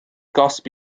gosb